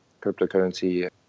cryptocurrency